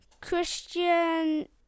Christian